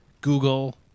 Google